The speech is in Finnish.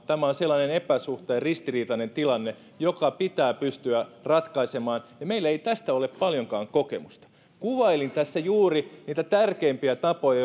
tämä on sellainen epäsuhta ja ristiriitainen tilanne joka pitää pystyä ratkaisemaan ja meillä ei tästä ole paljonkaan kokemusta kuvailin tässä juuri niitä tärkeimpiä tapoja